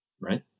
right